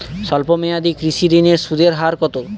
স্বল্প মেয়াদী কৃষি ঋণের সুদের হার কত?